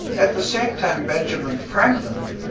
at the same time, benjamin franklin,